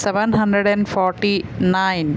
seven hundred and forty nine